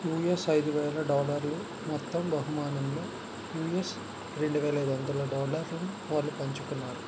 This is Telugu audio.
యూఎస్ ఐదు వేల డాలర్లు మొత్తం బహుమానంలో యూఎస్ రెండు వేల ఐదు వందల డాలర్లను వాళ్ళు పంచుకున్నారు